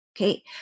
okay